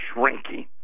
shrinking